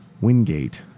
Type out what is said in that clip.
Wingate